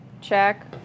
check